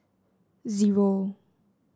zero